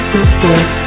Sisters